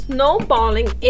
Snowballing